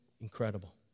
incredible